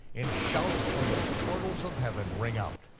and shouts from the portals of heaven ring out.